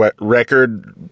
record